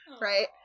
Right